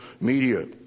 media